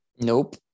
Nope